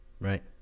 Right